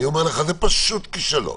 אני אומר לך, זה פשוט כישלון.